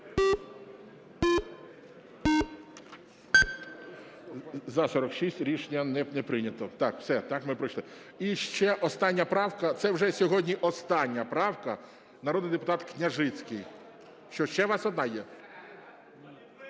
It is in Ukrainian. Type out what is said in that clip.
За-46 Рішення не прийнято. Так, все, ми пройшли. І ще остання правка, це вже сьогодні остання правка, народний депутат Княжицький. Що, ще у вас одна є?